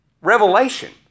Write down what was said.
revelation